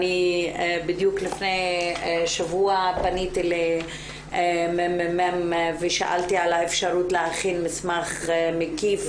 בדיוק לפני שבוע פניתי לממ"מ ושאלתי על האפשרות להכין מסמך מקיף